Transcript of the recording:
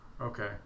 Okay